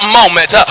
moment